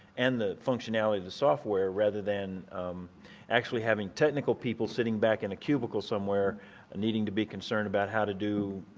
and the functionality of the software, rather than actually having technical people sitting back in a cubicle somewhere needing to be concerned about how to do,